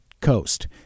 coast